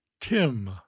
Tim